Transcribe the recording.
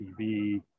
TV